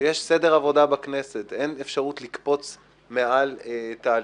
שיש סדר עבודה בכנסת ואין אפשרות לקפוץ מעל תהליכים.